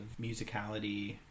musicality